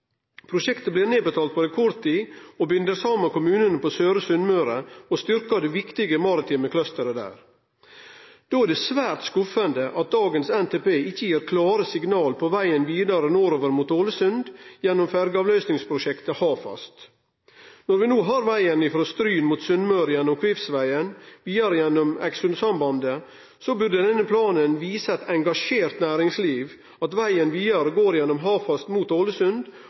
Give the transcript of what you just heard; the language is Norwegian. Prosjektet blei nedbetalt på rekordtid, det bind saman kommunane på Søre Sunnmøre, og styrker det viktige maritime «clusteret» der. Då er det svært skuffande at dagens NTP ikkje gir klare signal på vegen vidare nordover mot Ålesund gjennom ferjeavløysingsprosjektet Hafast. Når vi no har vegen frå Stryn mot Sunnmøre gjennom Kvivsvegen, vidare gjennom Eiksundsambandet, burde denne planen vise eit engasjert næringsliv at vegen vidare går gjennom Hafast mot Ålesund,